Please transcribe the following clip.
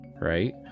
right